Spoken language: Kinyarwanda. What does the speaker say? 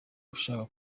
ushaka